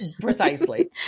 precisely